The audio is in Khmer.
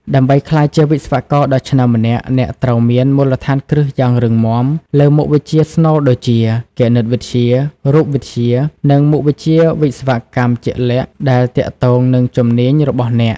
ដើម្បីក្លាយជាវិស្វករដ៏ឆ្នើមម្នាក់ អ្នកត្រូវមាន មូលដ្ឋានគ្រឹះយ៉ាងរឹងមាំ លើមុខវិជ្ជាស្នូលដូចជា គណិតវិទ្យា រូបវិទ្យា និងមុខវិជ្ជាវិស្វកម្មជាក់លាក់ ដែលទាក់ទងនឹងជំនាញរបស់អ្នក។